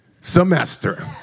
semester